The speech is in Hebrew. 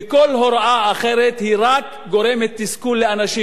וכל הוראה אחרת רק גורמת תסכול לאנשים.